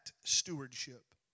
stewardship